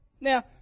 Now